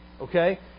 Okay